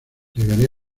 llegaría